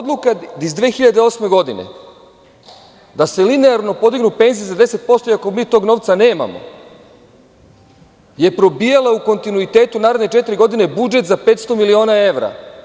Odluka iz 2008. godine da se linearno podignu penzije za 10% iako mi tog novca nemamo je probijala u kontinuitetu naredne četiri godine budžet za 500 miliona evra.